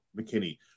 McKinney